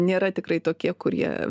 nėra tikrai tokie kurie